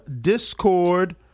Discord